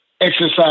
exercise